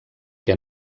que